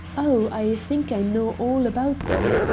oh, i think i know all about them.